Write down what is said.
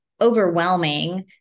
overwhelming